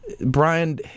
Brian